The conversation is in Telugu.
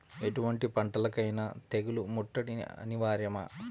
ఎటువంటి పంటలకైన తెగులు ముట్టడి అనివార్యమా?